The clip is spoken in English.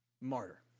martyr